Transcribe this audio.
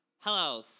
Hello